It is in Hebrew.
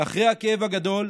אחרי הכאב הגדול,